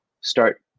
start